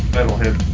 Metalhead